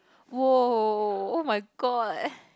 !woah! oh-my-god